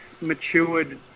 matured